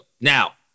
now